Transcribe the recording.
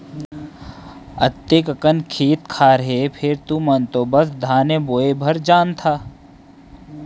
अतेक अकन खेत खार हे फेर तुमन तो बस धाने बोय भर जानथा